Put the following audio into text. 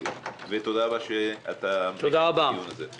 תודה רבה שאתה מקיים את הדיון הזה.